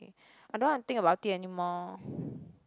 I don't want to think about it anymore